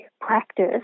practice